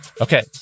Okay